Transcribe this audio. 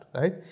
right